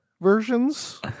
versions